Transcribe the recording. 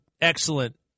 excellent